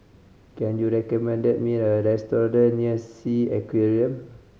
can you recommend me a restaurant near Sea Aquarium